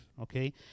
okay